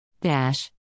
Dash